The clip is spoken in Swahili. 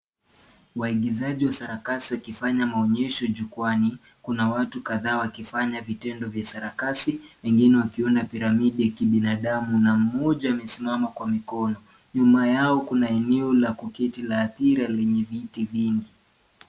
Waingizaji wa sarakasi wakifanya maonyesho jukwaani. Kuna watu kadhaa wakifanya vitendo vya sarakasi na wengine wakiona piramidi ya binadamu na mmoja amesimama kwa mikono. Nyuma yao kuna eneo ya kuketi na hadhira yenye miti mingi.